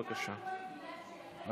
בבקשה,